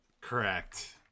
Correct